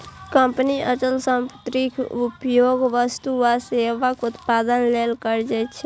company अचल संपत्तिक उपयोग वस्तु आ सेवाक उत्पादन लेल करै छै